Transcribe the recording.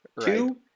two